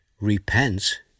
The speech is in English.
repent